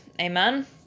amen